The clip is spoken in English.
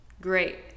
great